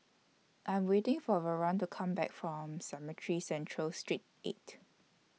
I'm waiting For Verlon to Come Back from Cemetry Central Street eight